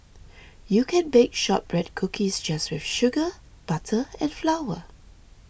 you can bake Shortbread Cookies just with sugar butter and flour